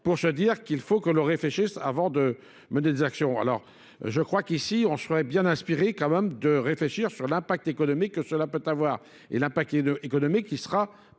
pour se dire qu'il faut que l'on réfléchisse avant de mener des actions. Alors je crois qu'ici on serait bien inspiré quand même de réfléchir sur l'impact économique que cela peut avoir. Et l'impact économique qui sera